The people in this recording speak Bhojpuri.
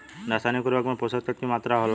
रसायनिक उर्वरक में पोषक तत्व की मात्रा होला?